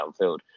downfield